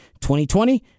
2020